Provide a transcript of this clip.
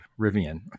Rivian